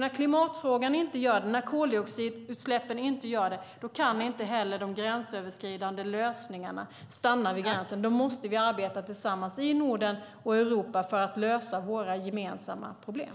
När klimatfrågan inte gör det och när koldioxidutsläppen inte gör det, då kan inte heller de gränsöverskridande lösningarna stanna vid gränsen, utan då måste vi arbeta tillsammans i Norden och Europa för att lösa våra gemensamma problem.